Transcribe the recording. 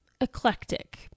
eclectic